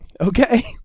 Okay